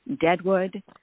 Deadwood